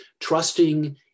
trusting